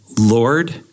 Lord